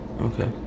Okay